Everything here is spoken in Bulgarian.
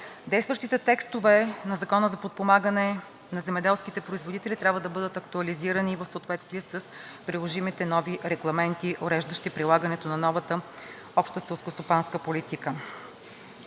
Действащите текстове на Закона за подпомагане на земеделските производители трябва да бъдат актуализирани в съответствие с приложимите нови регламенти, уреждащи прилагането на новата обща селскостопанска политика.